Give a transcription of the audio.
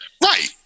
right